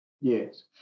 Yes